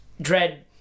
Dread